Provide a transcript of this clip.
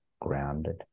grounded